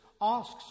asks